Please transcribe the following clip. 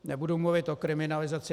Nebudu mluvit o kriminalizaci.